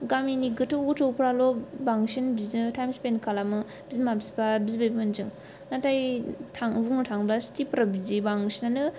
गामिनि गोथौ गोथौफ्राल' बांसिन बिदिनो टाइम स्पेन्ड खालामो बिमा बिफा बिबैमोनजों नाथाय थां बुंनो थाङोब्ला सिटिफ्राउ बिदि बांसिनानो